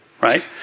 right